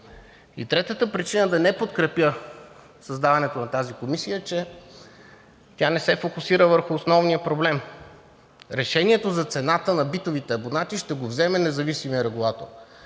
И третата причина да не подкрепя създаването на тази комисия е, че тя не се фокусира върху основния проблем – решението за цената на битовите абонати ще го вземе независимият регулатор.